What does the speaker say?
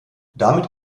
damit